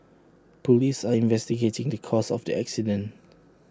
Police are investigating the cause of the accident